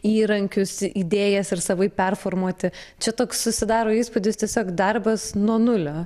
įrankius idėjas ir savaip performuoti čia toks susidaro įspūdis tiesiog darbas nuo nulio